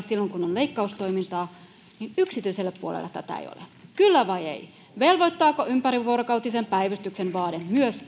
silloin kun on leikkaustoimintaa niin yksityisellä puolella tätä ei ole kyllä vai ei velvoittaako ympärivuorokautisen päivystyksen vaade myös